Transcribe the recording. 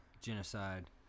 Genocide